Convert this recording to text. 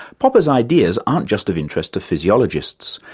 popper's ideas aren't just of interest to physiologists.